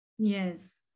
Yes